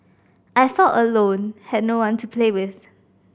I felt alone had no one to play with